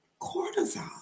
cortisol